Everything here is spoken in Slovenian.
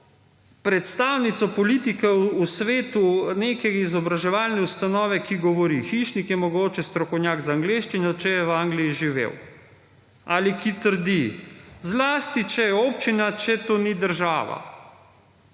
predstavnico politike v svetu neke izobraževalne ustanove, ki pravi: »Hišnik je mogoče strokovnjak za angleščino, če je v Angliji živel… » Ali ki trdi: »Zlasti če je občina, če to ni država…